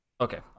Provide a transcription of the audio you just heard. Okay